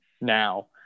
now